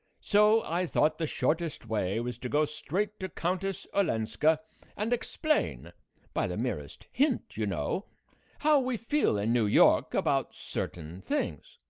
so i thought the shortest way was to go straight to countess olenska and explain by the merest hint, you know how we feel in new york about certain things.